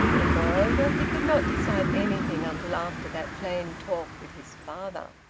and, moreover, he could not decide anything until after that plain talk with his father.